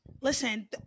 listen